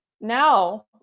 Now